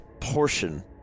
portion